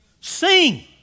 Sing